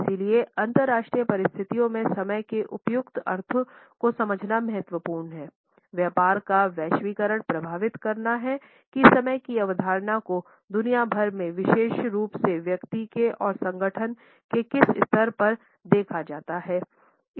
इसलिए अंतरराष्ट्रीय परिस्थितियों में समय के उपयुक्त अर्थों को समझना महत्वपूर्ण है व्यापार का वैश्वीकरण प्रभावित करना है कि समय की अवधारणा को दुनिया भर में विशेष रूप से व्यक्ति के और संगठन के किस स्तर पर देखा जाता है